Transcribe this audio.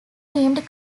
themed